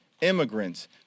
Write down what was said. immigrants